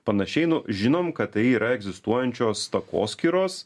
panašiai nu žinom kad tai yra egzistuojančios takoskyros